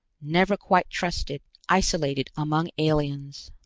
never quite trusted, isolated among aliens?